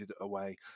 away